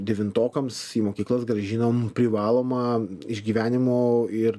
devintokams į mokyklas grąžinom privalomą išgyvenimo ir